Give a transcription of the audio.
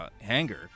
hangar